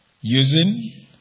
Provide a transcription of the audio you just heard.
using